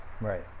right